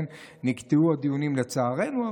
נקטעו הדיונים לצערנו,